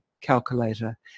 calculator